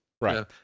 right